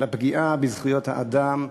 של הפגיעה בזכויות האדם,